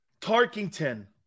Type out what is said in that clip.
Tarkington